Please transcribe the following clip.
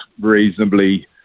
reasonably